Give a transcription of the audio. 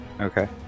Okay